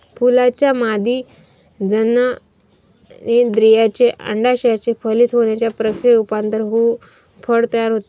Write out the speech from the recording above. फुलाच्या मादी जननेंद्रियाचे, अंडाशयाचे फलित होण्याच्या प्रक्रियेत रूपांतर होऊन फळ तयार होते